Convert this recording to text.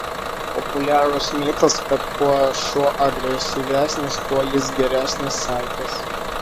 populiarus mitas kad kuo šuo agresyvesnis tuo jis geresnis sargas